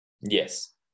Yes